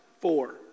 four